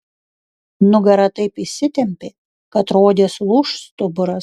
nugara taip įsitempė kad rodėsi lūš stuburas